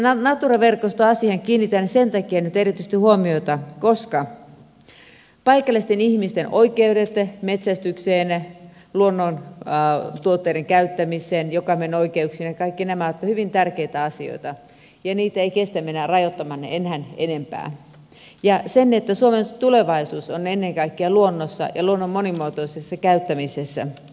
natura verkostoasiaan kiinnitän sen takia nyt erityisesti huomiota koska paikallisten ihmisten oikeudet metsästykseen ja luonnontuotteiden käyttämiseen jokamiehenoikeudet ja kaikki nämä ovat hyvin tärkeitä asioita ja niitä ei kestä mennä rajoittamaan enää enempää ja koska suomen tulevaisuus on ennen kaikkea luonnossa ja luonnon monimuotoisessa käyttämisessä